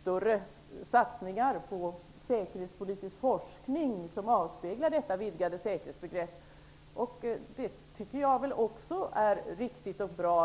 större satsningar på säkerhetspolitisk forskning som avspeglar detta vidgade säkerhetsbegrepp. Det tycker också jag är riktigt och bra.